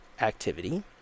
activity